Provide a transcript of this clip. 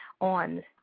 on